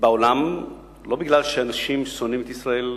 בעולם לא מפני שאנשים שונאים את ישראל,